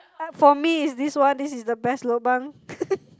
for me is this one this is the best lobang